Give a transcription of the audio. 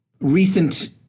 Recent